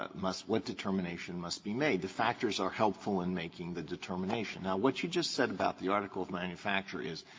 ah must what determination must be made. the factors are helpful in making the determination. now what you just said about the article of manufacture is,